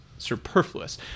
superfluous